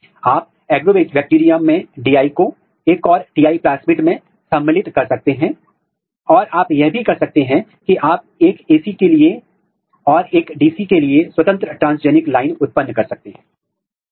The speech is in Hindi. आप क्या देखते हैं कि एक्सप्रेशन डोमेन के अलावा जो संवहनी ऊतक में है आप यह भी देखते हैं कि प्रोटीन एंडोडर्मिस में भी मौजूद है और एंडोडर्मिस में यह यूपीएस न्यूक्लियस के लिए स्थानीयकृत हो रहा है और यह बहुत अधिक महत्व रखता है भविष्य की कक्षाएं हम इस बात पर चर्चा करेंगे कि इसका कार्यात्मक महत्व क्या है